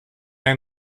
ein